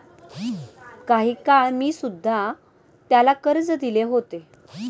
काही काळ मी सुध्धा त्याला कर्ज दिले होते